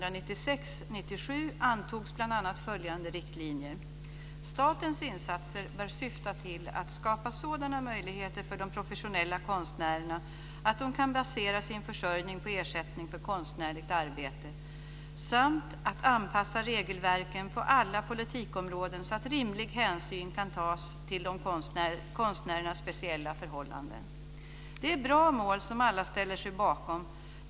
antogs bl.a. följande riktlinjer: Statens insatser bör syfta till att skapa sådana möjligheter för de professionella konstnärerna att de kan basera sin försörjning på ersättning för konstnärligt arbete samt att anpassa regelverket på alla politikområden så att rimlig hänsyn kan tas till konstnärernas speciella förhållanden. Det är bra mål som alla ställer sig bakom.